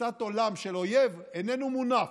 תפיסת עולם של אויב איננו מונף.